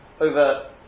over